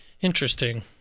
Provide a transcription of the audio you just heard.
Interesting